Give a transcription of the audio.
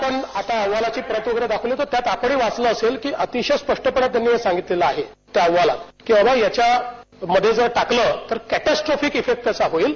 आपण आता अहवालाची प्रत दाखवली आहे त्यात आपणही वाचलं असेल की अतिशय स्पष्टपणे त्यांनी हे सांगितल आहे त्या अहवालात की त्यांना ह्याच्यामध्ये टाकलं तर कॅटोस्ट्रोफिक फिक्ट त्याचा होईल